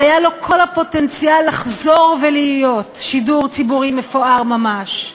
והיה לו כל הפוטנציאל לחזור ולהיות שידור ציבורי מפואר ממש.